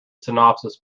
synopsis